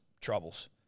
troubles